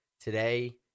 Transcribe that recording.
Today